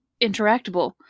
Interactable